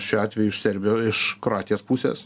šiuo atveju iš serbio iš kroatijos pusės